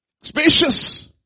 Spacious